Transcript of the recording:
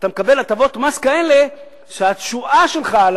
אתה מקבל הטבות מס כאלה שהתשואה שלך על